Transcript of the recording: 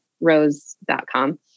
rose.com